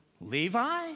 Levi